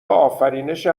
آفرینش